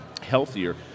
healthier